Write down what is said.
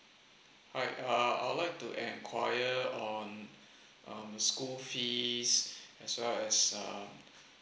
hi uh I'd like to enquire on um school fees as well as uh